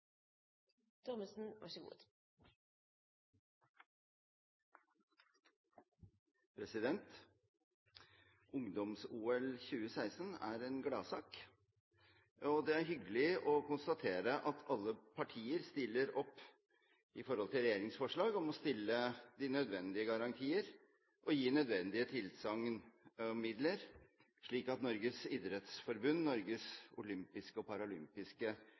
hyggelig å konstatere at alle partier stiller opp når det gjelder regjeringens forslag om å stille de nødvendige garantier og gi nødvendige tilsagn om midler, slik at Norges idrettsforbund og olympiske og paralympiske